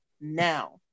now